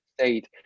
state